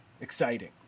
exciting